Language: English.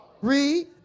read